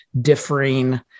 differing